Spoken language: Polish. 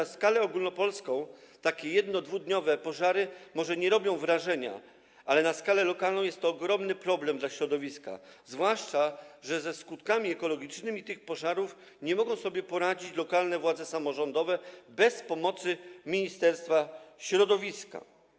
W skali ogólnopolskiej takie jednodniowe czy dwudniowe pożary może nie robią wrażenia, ale w skali lokalnej stanowi to ogromny problem dla środowiska, zwłaszcza że ze skutkami ekologicznymi tych pożarów nie mogą sobie poradzić lokalne władze samorządowe bez pomocy Ministerstwa Środowiska.